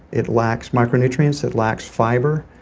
it lacks micronutrients. it lacks fiber.